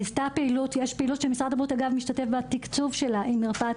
יש פעילות שמשרד הבריאות משתתף בתקצוב שלה עם מרפאת